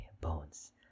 bones